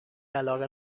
علاقه